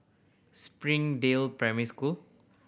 Springdale Primary School